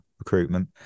recruitment